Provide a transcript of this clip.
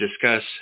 discuss